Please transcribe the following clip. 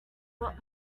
what